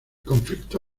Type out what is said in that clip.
conflicto